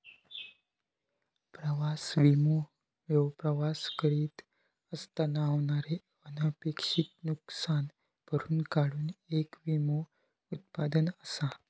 प्रवास विमो ह्यो प्रवास करीत असताना होणारे अनपेक्षित नुसकान भरून काढूक येक विमो उत्पादन असा